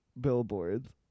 Billboards